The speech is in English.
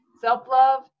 self-love